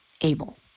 able